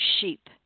Sheep